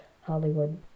hollywood